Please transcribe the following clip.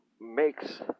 makes